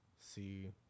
see